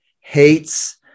hates